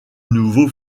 nouveau